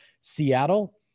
Seattle